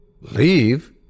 Leave